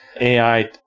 AI